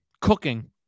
Cooking